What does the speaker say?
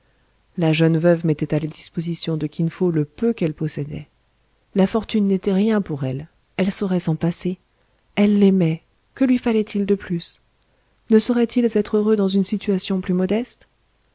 la jeune veuve mettait à la disposition de kin fo le peu qu'elle possédait la fortune n'était rien pour elle elle saurait s'en passer elle l'aimait que lui fallait-il de plus ne sauraient ils être heureux dans une situation plus modeste